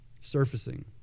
surfacing